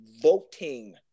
voting